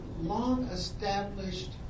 long-established